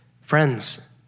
friends